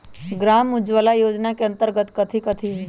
ग्राम उजाला योजना के अंतर्गत कथी कथी होई?